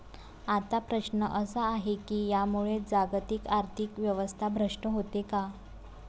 आता प्रश्न असा आहे की यामुळे जागतिक आर्थिक व्यवस्था भ्रष्ट होते का?